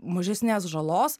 mažesnės žalos